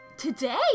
Today